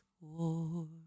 war